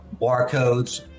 barcodes